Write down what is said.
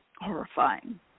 horrifying